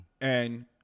And-